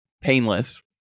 painless